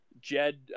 Jed